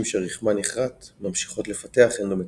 שרחמן נכרת ממשיכות לפתח אנדומטריוזיס.